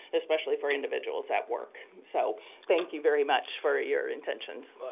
especially for individuals that work. so thank you very much for ah your intentions.